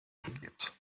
súbdits